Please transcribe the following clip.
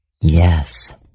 Yes